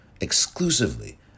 exclusively